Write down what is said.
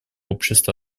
общества